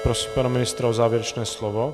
Prosím pana ministra o závěrečné slovo.